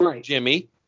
Jimmy